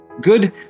Good